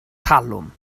talwm